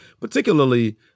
particularly